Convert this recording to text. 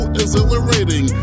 exhilarating